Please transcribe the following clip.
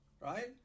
right